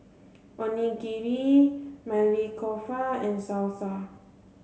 Onigiri Maili Kofta and Salsa